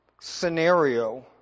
scenario